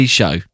show